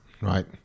Right